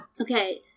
Okay